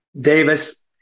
Davis